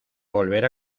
volver